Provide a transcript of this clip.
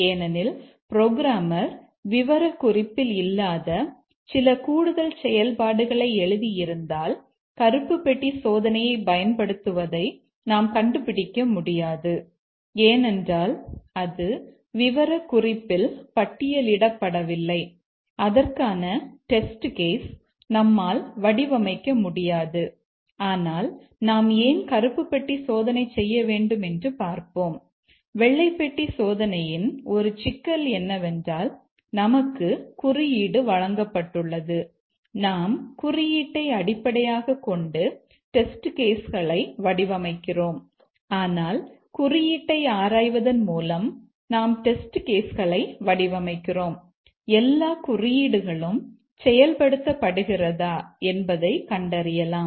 ஏனெனில் புரோகிராமர் விவரக்குறிப்பில் இல்லாத சில கூடுதல் செயல்பாடுகளை எழுதியிருந்தால் கருப்பு பெட்டி சோதனையைப் பயன்படுத்துவதை நாம் கண்டுபிடிக்க முடியாது ஏனென்றால் அது விவரக்குறிப்பில் பட்டியலிடப்படவில்லை அதற்கான டெஸ்ட் கேஸ் களை வடிவமைக்கிறோம் எல்லா குறியீடுகளும் செயல்படுத்தப்படுகிறதா என்பதைக் கண்டறியலாம்